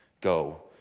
go